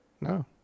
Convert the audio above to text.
No